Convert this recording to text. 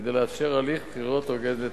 כדי לאפשר הליך בחירות הוגן ותקין.